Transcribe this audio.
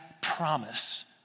promise